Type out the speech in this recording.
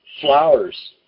flowers